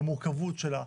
המורכבות שלה.